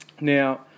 Now